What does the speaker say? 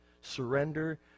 surrender